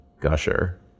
gusher